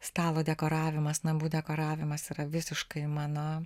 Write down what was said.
stalo dekoravimas namų dekoravimas yra visiškai mano